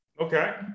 Okay